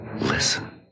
Listen